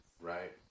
right